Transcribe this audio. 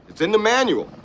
it's in the manual.